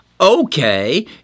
Okay